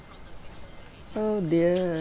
oh dear